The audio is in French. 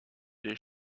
des